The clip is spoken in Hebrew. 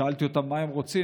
שאלתי אותם מה הם רוצים.